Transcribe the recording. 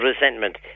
resentment